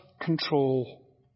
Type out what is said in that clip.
Control